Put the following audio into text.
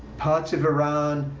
parts of iran,